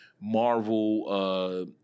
Marvel